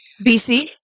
BC